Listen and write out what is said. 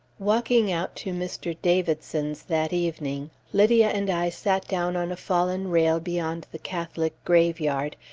walking out to mr. davidson's that evening, lydia and i sat down on a fallen rail beyond the catholic graveyard,